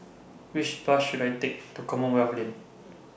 Which Bus should I Take to Commonwealth Lane